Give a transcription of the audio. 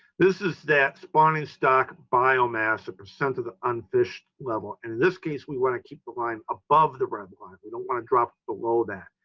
this is that spawning stock biomass, a percent of the unfished level. and in this case, we want to keep the line above the red line. we don't want to drop below that.